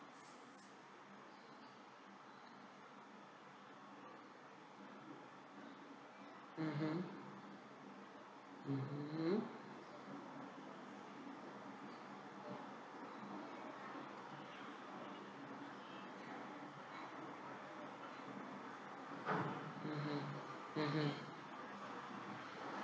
mmhmm mmhmm mmhmm mmhmm